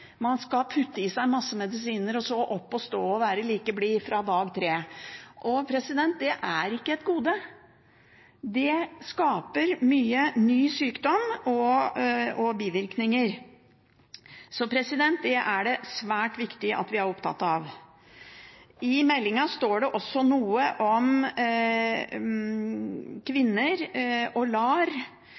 Man skal putte i seg masse medisiner og skal opp og stå og være like blid fra dag tre. Det er ikke et gode. Det skaper mye ny sykdom og bivirkninger, så det er det svært viktig at vi er opptatt av. I meldingen står det også noe om kvinner og LAR